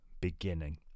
beginning